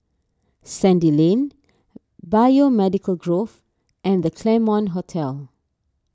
Sandy Lane Biomedical Grove and the Claremont Hotel